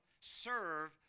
serve